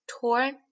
torn